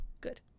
Good